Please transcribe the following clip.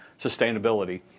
sustainability